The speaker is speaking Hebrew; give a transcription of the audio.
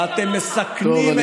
ואתם מסכנים את הבית.